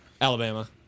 Alabama